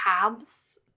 tabs